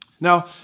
Now